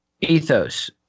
ethos